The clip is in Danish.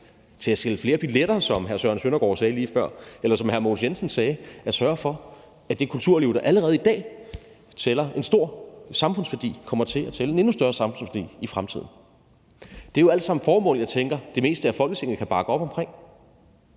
til at sælge flere billetter, som hr. Søren Søndergaard sagde lige før, eller som hr. Mogens Jensen sagde: Lad os sørge for, at det kulturliv, der allerede i dag tæller en stor samfundsværdi, kommer til at tælle en endnu større samfundsværdi i fremtiden. Det er alt sammen formål, som jeg tænker at det meste af Folketinget kan bakke op om.